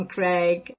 Craig